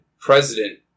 President